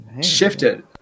shifted